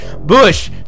Bush